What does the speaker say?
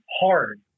hard